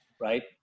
right